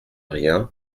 rien